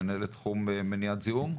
מנהלת תחום מניעת זיהום?